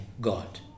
god